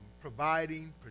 providing